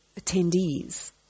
attendees